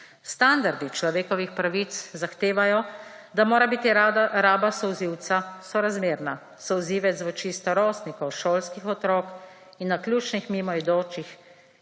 Standardi človekovih pravic zahtevajo, da mora biti raba solzivca sorazmerna. Solzivec v oči starostnikov, šolskih otrok in naključnih mimoidočih,